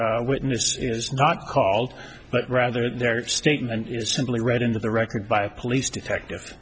witness is not called but rather their statement is simply read into the record by a police detective